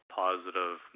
positive